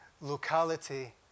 locality